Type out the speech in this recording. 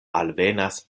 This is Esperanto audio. alvenas